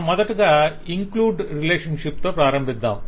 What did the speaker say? మనము మొదటగా include i relationship తో ప్రారంభిద్ధాం